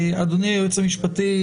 אדוני היועץ המשפטי,